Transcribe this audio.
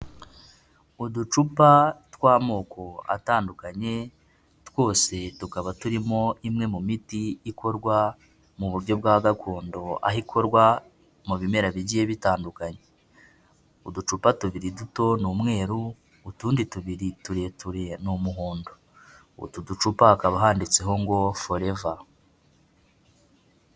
Uducupa tw'amoko atandukanye, twose tukaba turimo imwe mu miti ikorwa mu buryo bwa gakondo aho ikorwa mu bimera bigiye bitandukanye, uducupa tubiri duto ni umweru, utundi tubiri tureture ni umuhondo, utu ducupa hakaba handitseho ngo Foreva.